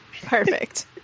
Perfect